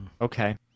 okay